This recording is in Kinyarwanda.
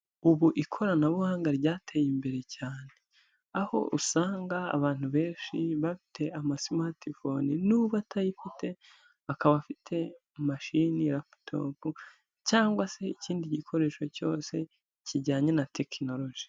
Ubu ikoranabuhanga ryateye imbere cyane, aho usanga abantu benshi bafite amasimatifone, n'uba atayifite akaba afite mashini ya laputopu cyangwa se ikindi gikoresho cyose kijyanye na tekinoloji.